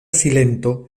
silento